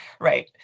right